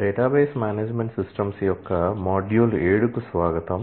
database management systems యొక్క module 7 కు స్వాగతం